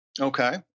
okay